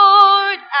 Lord